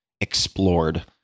explored